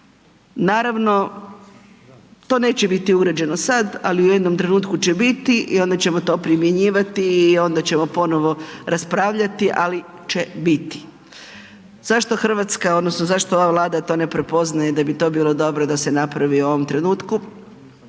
Naravno to neće biti uređeno sad ali u jednom trenutku će biti i onda ćemo to primjenjivati i onda ćemo ponovo raspravljati, ali će biti. Zašto Hrvatska odnosno zašto ova Vlada to ne prepoznaje da bi to bilo dobro da se napravi u ovom trenutku?